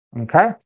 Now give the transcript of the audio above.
Okay